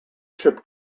ship